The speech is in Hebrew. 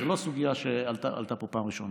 זו לא סוגיה שעלתה פה פעם ראשונה.